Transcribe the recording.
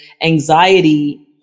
anxiety